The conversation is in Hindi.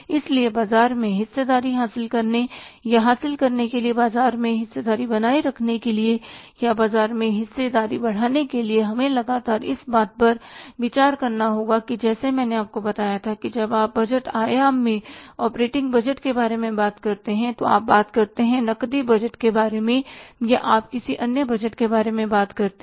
इसलिए बाजार में हिस्सेदारी हासिल करने या हासिल करने के लिए बाजार में हिस्सेदारी बनाए रखने के लिए या बाजार में हिस्सेदारी बढ़ाने के लिए हमें लगातार इस बात पर विचार करना होगा कि जैसा मैंने आपको बताया कि अब जब आप बजट आयाम में ऑपरेटिंग बजट के बारे में बात करते हैं तो आप बात करते हैं नकदी बजट के बारे में या आप किसी अन्य बजट के बारे में बात करते हैं